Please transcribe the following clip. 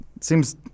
seems